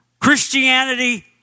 Christianity